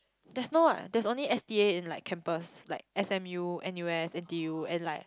there's not there's only S_T_A in like campus like S_M_U N_U_S N_T_U and like